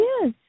Yes